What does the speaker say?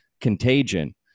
Contagion